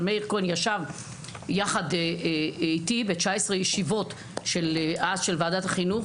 אבל מאיר כהן ישב יחד איתי ב-19 ישיבות אז של ועדת החינוך